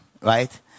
right